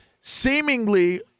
seemingly